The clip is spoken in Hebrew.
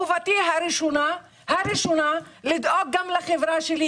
חובתי הראשונה היא לדאוג לחברה שלי,